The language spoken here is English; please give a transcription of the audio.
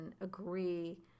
agree